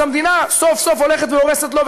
אז המדינה סוף-סוף הולכת והורסת לו.